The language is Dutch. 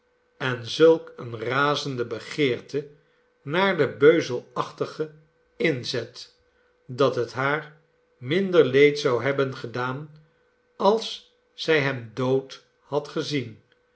en zulk eene razende begeerte naar den beuzelachtigen inzet dat het haar minder leed zou hebben gedaan als zij hem dood had gezien